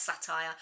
satire